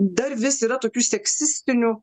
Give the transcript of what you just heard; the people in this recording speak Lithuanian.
dar vis yra tokių seksistinių